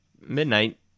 midnight